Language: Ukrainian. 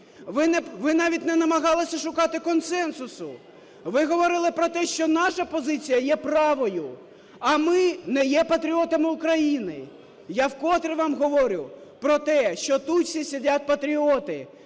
Ви навіть не намагалися шукати консенсусу. Ви говорили про те, що наша позиція є правою, а ми не є патріотами України. Я вкотре вам говорю про те, що тут всі сидять патріоти,